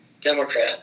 Democrat